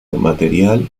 material